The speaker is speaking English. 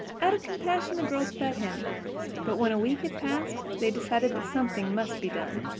out of compassion the girls fed him but when a week had passed they decided that something must be done.